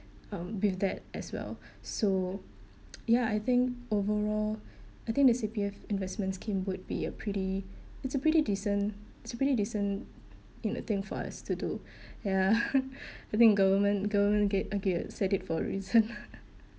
um with that as well so ya I think overall I think the C_P_F investment scheme would be a pretty it's a pretty decent it's a pretty decent you know thing for us to do ya I think government government get uh get set it for a reason